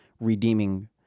redeeming